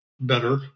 better